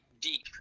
deep